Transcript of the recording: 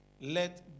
Let